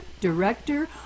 director